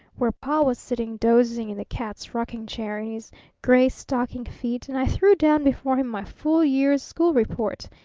where pa was sitting dozing in the cat's rocking-chair, in his gray stocking feet, and i threw down before him my full year's school report.